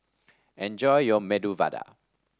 enjoy your Medu Vada